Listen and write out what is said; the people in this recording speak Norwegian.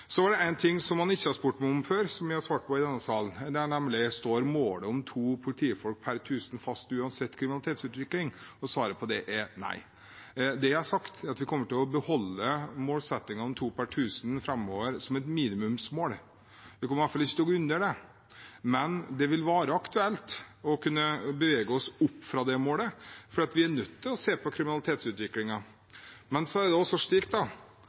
Det er én ting han ikke har spurt meg om før, men som jeg har svart på i denne salen: Står målet om to politifolk per tusen innbyggere fast uansett kriminalitetsutvikling? Svaret på det er nei. Det jeg har sagt, er at vi kommer til å beholde målsettingen om to per tusen framover som et minimumsmål. Det kommer i hvert fall ikke til å gå under det. Det vil være aktuelt å bevege seg opp fra det målet, for vi er nødt til å se på kriminalitetsutviklingen. Men vi må ikke binde oss til altfor mange slike målsettinger, for det